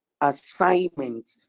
assignment